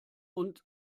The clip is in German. und